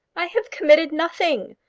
i have committed nothing,